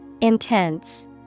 Intense